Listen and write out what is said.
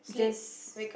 just